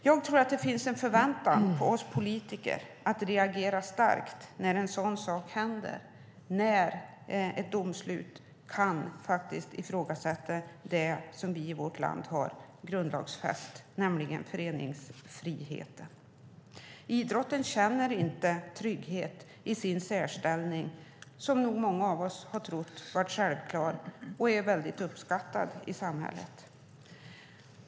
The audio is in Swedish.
Jag tror att det finns förväntningar på oss politiker att reagera starkt när en sådan sak händer och ett domslut faktiskt kan ifrågasätta det som vi har grundlagsfäst i vårt land, nämligen föreningsfriheten. Idrotten känner inte trygghet i sin särställning som nog många av oss har trott varit självklar och som är mycket uppskattad i samhället.